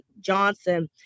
Johnson